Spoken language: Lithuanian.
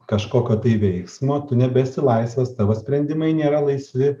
kažkokio veiksmo tu nebesi laisvas tavo sprendimai nėra laisvi